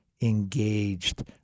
engaged